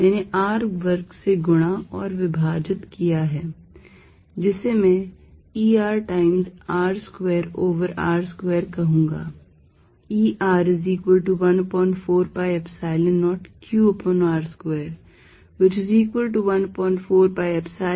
मैंने R वर्ग से गुणा और विभाजित किया हैं जिसे मैं E R times R square over r square कहूंगा